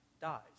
dies